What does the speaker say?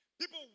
People